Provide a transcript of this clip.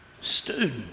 student